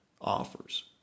offers